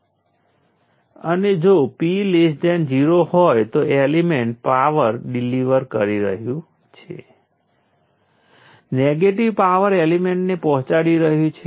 હવે કેપેસિટરના કેસ માટે મારી પાસે કેટલાક વેવફોર્મ છે અને તમને બતાવ્યું કે આવું કેવી રીતે થઈ શકે છે